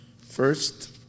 First